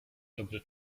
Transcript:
dobry